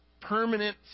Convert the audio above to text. permanent